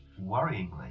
worryingly